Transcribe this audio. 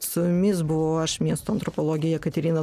su jumis buvau aš miesto antropologė jekaterina